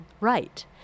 right